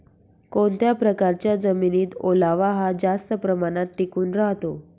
कोणत्या प्रकारच्या जमिनीत ओलावा हा जास्त प्रमाणात टिकून राहतो?